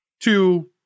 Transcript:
two